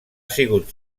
sigut